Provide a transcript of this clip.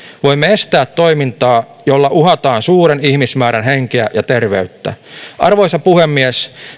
voimme estää toimintaa jolla uhataan suuren ihmismäärän henkeä ja terveyttä arvoisa puhemies